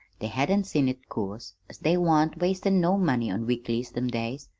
they hadn't seen it, course, as they wan't wastin' no money on weeklies them days.